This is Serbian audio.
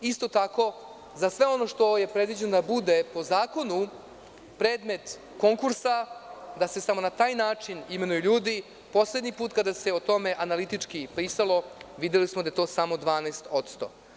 Isto tako za sve ono što je predviđeno da bude po zakonu predmet konkursa da se samo na taj način imenuju ljudi poslednji put kada se o tome analitički pisalo, videli smo da je to samo 12%